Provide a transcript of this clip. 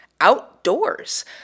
outdoors